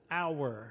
hour